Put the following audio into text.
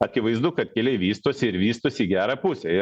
akivaizdu kad keliai vystosi ir vystosi į gerą pusę